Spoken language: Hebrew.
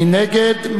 מי נגד?